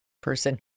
person